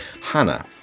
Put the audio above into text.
Hannah